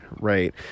Right